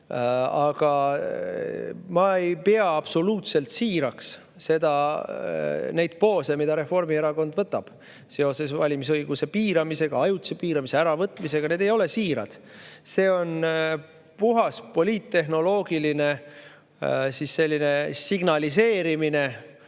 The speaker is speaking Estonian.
Aga ma ei pea absoluutselt siiraks neid poose, mida Reformierakond võtab seoses valimisõiguse piiramisega, ajutise piiramise või äravõtmisega – need ei ole siirad. See on puhas poliittehnoloogiline signaliseerimine,